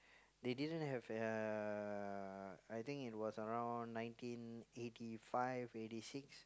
they didn't have uh I think it was around nineteen eighty five eighty six